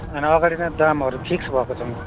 होइन अगाडि नै दामहरू फिक्स भएको छ